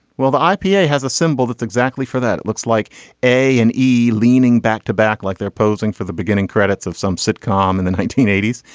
well the ah ipa has a symbol that's exactly for that it looks like a and e leaning back to back like they're posing for the beginning credits of some sitcom in and the nineteen eighty s.